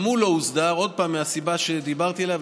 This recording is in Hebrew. גם הוא לא הוסדר, מהסיבה שדיברתי עליה.